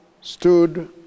stood